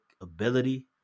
ability